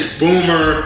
boomer